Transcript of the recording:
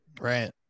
Right